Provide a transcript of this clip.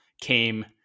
came